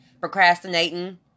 procrastinating